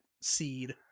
seed